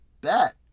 Bet